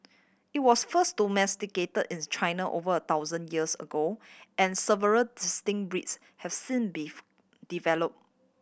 it was first domesticate in China over a thousand years ago and several distinct breeds have since been develop